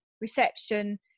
reception